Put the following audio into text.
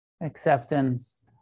Acceptance